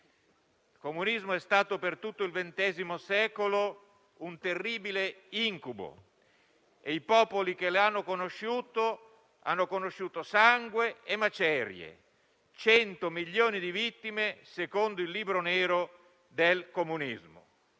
Il comunismo è stato, per tutto il XX secolo, un terribile incubo e i popoli che l'hanno conosciuto hanno sperimentato sangue e macerie: 100 milioni di vittime, secondo il libro nero del comunismo.